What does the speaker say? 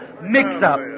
mix-up